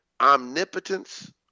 omnipotence